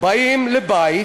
"באים לבית